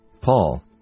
paul